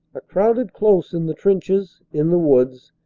crowded close in the trenches, in the woods,